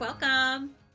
Welcome